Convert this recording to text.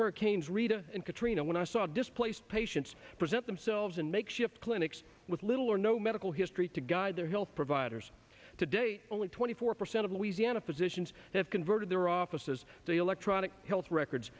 hurricanes rita and katrina when i saw displaced patients present themselves in makeshift clinics with little or no medical history to guide their health providers today only twenty four percent of louisiana physicians have converted their offices to electronic health records